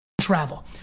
travel